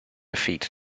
defeat